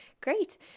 great